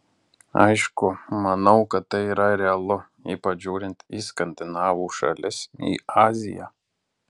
aišku manau kad tai yra realu ypač žiūrint į skandinavų šalis į aziją